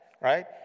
Right